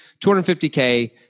250K